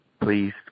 Please